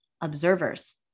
observers